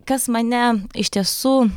kas mane iš tiesų